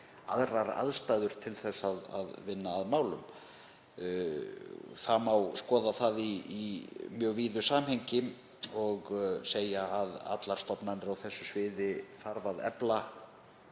aðrar aðstæður til að vinna að málum. Það má skoða það í mjög víðu samhengi og segja að allar stofnanir á þessu sviði þurfi að efla.